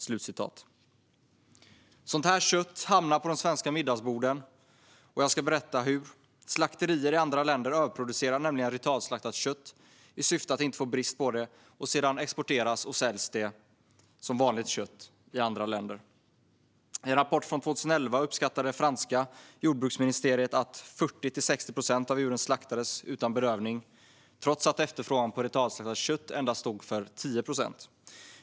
Sådant kött hamnar på de svenska middagsborden, och jag ska berätta hur. Slakterier i andra länder överproducerar nämligen ritualslaktat kött i syfte att inte få brist på det, och sedan exporteras det och säljs som vanligt kött i andra länder. I en rapport från 2011 uppskattade det franska jordbruksministeriet att 40-60 procent av djuren slaktades utan bedövning, trots att efterfrågan på ritualslaktat kött bara stod för 10 procent.